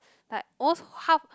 like almost half